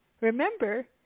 Remember